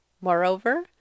Moreover